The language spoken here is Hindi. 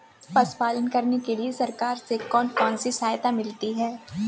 पशु पालन करने के लिए सरकार से कौन कौन सी सहायता मिलती है